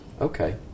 Okay